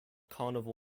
carnival